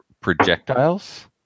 projectiles